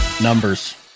numbers